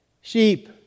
sheep